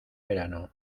verano